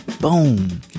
boom